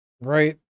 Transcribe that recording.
Right